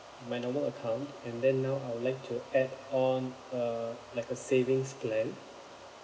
my normal account and then now I would like to add on uh like a savings plan